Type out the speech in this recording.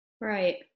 Right